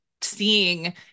seeing